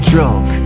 Drunk